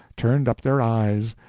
turned up their eyes,